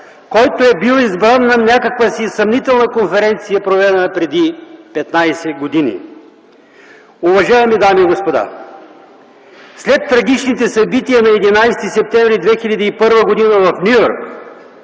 който е бил избран на някаква си съмнителна конференция, проведена преди 15 години. Уважаеми дами и господа, след трагичните събития на 11 септември 2001 г. в Ню Йорк